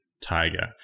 tiger